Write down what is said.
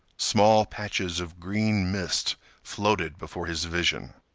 small patches of green mist floated before his vision.